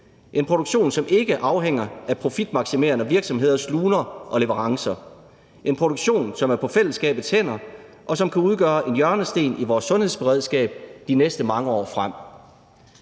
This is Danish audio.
en produktion, som ikke afhænger af profitmaksimerende virksomheders luner og leverancer; en produktion, som er på fællesskabets hænder, og som kan udgøre en hjørnesten i vores sundhedsberedskab de næste mange år frem.